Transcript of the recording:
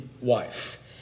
wife